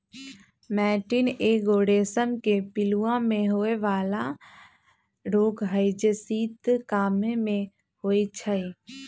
मैटीन एगो रेशम के पिलूआ में होय बला रोग हई जे शीत काममे होइ छइ